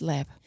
Lab